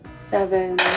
Seven